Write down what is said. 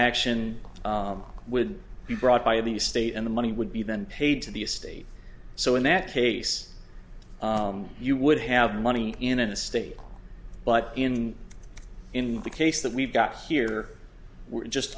action would be brought by the state and the money would be then paid to the estate so in that case you would have money in an estate but in in the case that we've got here we're just